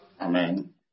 Amen